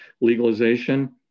legalization